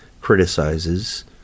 criticizes